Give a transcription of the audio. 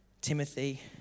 Timothy